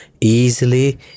easily